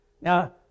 now